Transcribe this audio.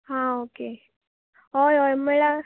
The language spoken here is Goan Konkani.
हां ओके होय होय म्हळ्यार